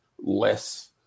less